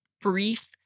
brief